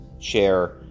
share